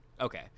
okay